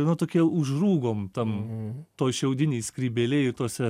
nu tokie užrūgom tam toj šiaudinėj skrybėlėj i tose